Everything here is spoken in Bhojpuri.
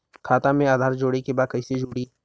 खाता में आधार जोड़े के बा कैसे जुड़ी?